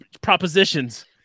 propositions